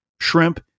shrimp